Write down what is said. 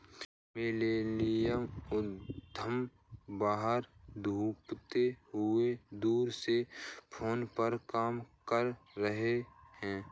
millennial उद्यमी बाहर घूमते हुए दूर से फोन पर काम कर रहे हैं